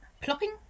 plopping